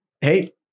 Hey